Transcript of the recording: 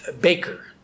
baker